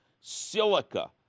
silica